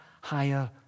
higher